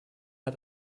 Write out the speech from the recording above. hat